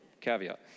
caveat